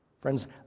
Friends